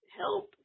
help